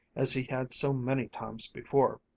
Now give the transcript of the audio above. as he had so many times before.